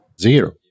Zero